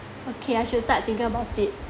okay I should start thinking about it